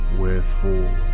wherefore